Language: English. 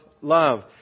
love